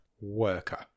Worker